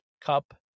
cup